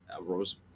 Rose